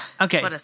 Okay